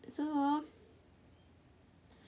so hor